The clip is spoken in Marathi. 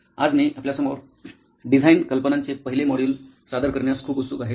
आज मी आपल्यासमोर डिझाईन कल्पनांचे पहिले मॉड्यूल सादर करण्यास खूप उत्सुक आहे